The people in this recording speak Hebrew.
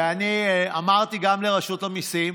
ואני אמרתי גם לרשות המיסים: